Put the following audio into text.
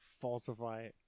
falsify